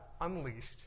unleashed